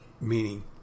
meaning